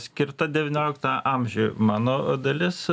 skirta devyniolikta amžiui mano dalis